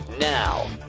Now